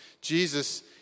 Jesus